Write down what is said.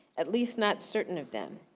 at least not certain of them.